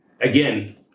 again